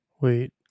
Wait